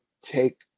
take